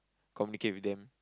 communicate with them